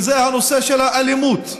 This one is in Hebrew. וזה הנושא של האלימות,